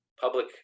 public